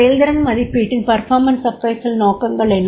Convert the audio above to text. செயல்திறன் மதிப்பீட்டின் நோக்கங்கள் என்ன